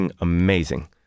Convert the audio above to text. amazing